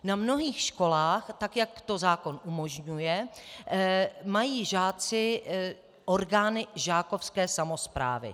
Na mnohých školách, tak jak to zákon umožňuje, mají žáci orgány žákovské samosprávy.